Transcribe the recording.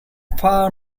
far